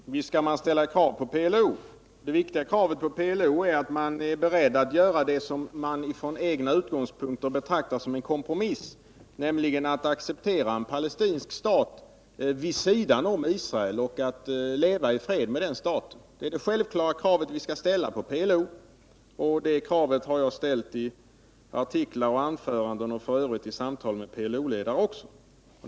Herr talman! Visst skall det ställas krav på PLO. Det viktiga kravet på PLO är att man är beredd att göra det som man från egna utgångspunkter betraktar som en kompromiss, nämligen att acceptera en palestinsk stat vid sidan om Israel och att leva i fred med den staten. Det är det självklara krav vi skall ställa på PLO, och detta krav har jag ställt i artiklar och anföranden och för Övrigt i samtal med PLO-ledare också.